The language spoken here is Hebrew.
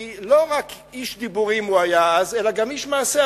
כי לא רק איש דיבורים הוא היה אז אלא גם איש מעשה,